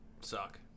suck